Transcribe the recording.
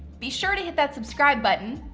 be sure to hit that subscribe button,